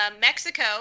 Mexico